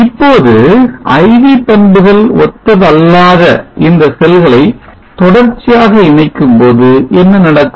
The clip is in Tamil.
இப்போது I V பண்புகள் ஒத்ததல்லாத இந்த செல்களை தொடர்ச்சியாக இணைக்கும் போது என்ன நடக்கும்